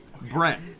Brent